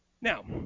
Now